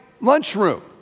lunchroom